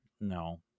no